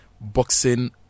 boxing